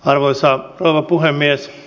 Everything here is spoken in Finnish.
arvoisa rouva puhemies